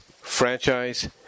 franchise